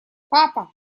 папа